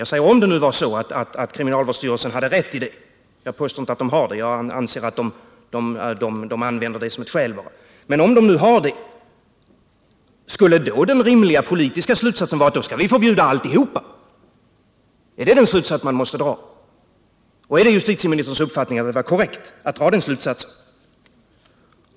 Jag påstår inte att kriminalvårdsstyrelsen hade rätt i det, utan jag anser att den bara använder detta som ett skäl. Men om nu kriminalvårdsstyrelsen hade rätt här, skulle då den rimliga politiska slutsatsen vara att vi skall förbjuda alltihop? Är det den slutsats man måste dra? Är det justitieministerns uppfattning att det var korrekt att dra den slutsatsen?